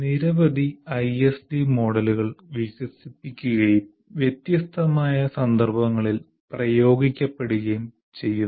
നിരവധി ഐഎസ്ഡി മോഡലുകൾ വികസിപ്പിക്കുകയും വ്യത്യസ്തമായ സന്ദർഭങ്ങളിൽ പ്രയോഗിക്കപ്പെടുകയും ചെയ്യുന്നു